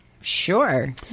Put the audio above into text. Sure